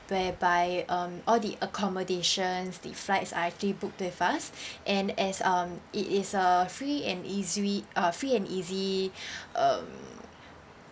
whereby um all the accommodations the flights are actually booked with us and as um it is a free and easily uh free and easy um